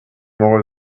more